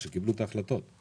כשקיבלו את ההחלטות.